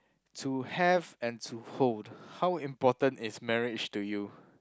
to have and to hold how important is marriage to you